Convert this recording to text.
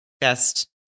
best